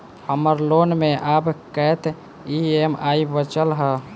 हम्मर लोन मे आब कैत ई.एम.आई बचल ह?